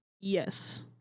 Yes